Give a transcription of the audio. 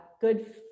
good